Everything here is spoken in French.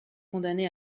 condamné